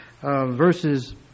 verses